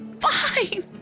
fine